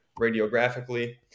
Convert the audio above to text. radiographically